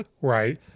right